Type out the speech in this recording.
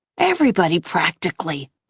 everybody, practically.